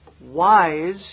wise